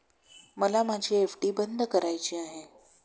मला माझी एफ.डी बंद करायची आहे